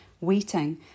waiting